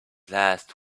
last